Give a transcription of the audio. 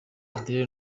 adele